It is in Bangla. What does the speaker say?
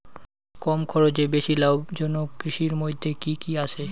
কম খরচে বেশি লাভজনক কৃষির মইধ্যে কি কি আসে?